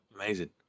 Amazing